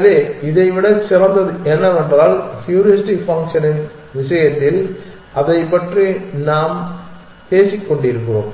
எனவே இதைவிட சிறந்தது என்னவென்றால் ஹூரிஸ்டிக் ஃபங்க்ஷனின் விஷயத்தில் அதைப் பற்றி நாம் பேசிக் கொண்டிருக்கிறோம்